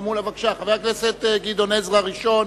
חבר הכנסת גדעון עזרא ראשון,